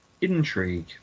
Intrigue